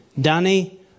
Danny